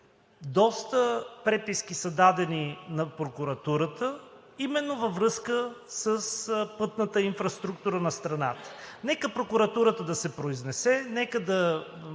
доста преписки са дадени на прокуратурата, именно във връзка с пътната инфраструктура на страната. Нека прокуратурата да се произнесе. Нека